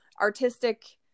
artistic